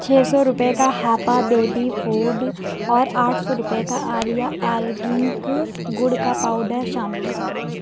چھ سو روپئے کا ہاپا بیبی فوڈ اور آٹھ سو روپئے کا آریہ آرگینک گڑ کا پاؤڈر شامل کرو